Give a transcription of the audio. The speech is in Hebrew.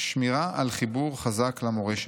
שמירה על חיבור חזק למורשת.